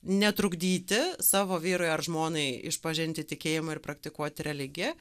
netrukdyti savo vyrui ar žmonai išpažinti tikėjimo ir praktikuoti religiją